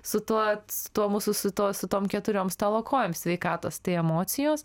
su tuo tuo mūsų su tuo su tom keturiom stalo kojoms sveikatos tai emocijos